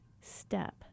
step